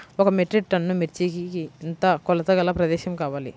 ఒక metric tonne మిర్చికి ఎంత కొలతగల ప్రదేశము కావాలీ?